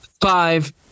five